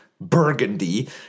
Burgundy –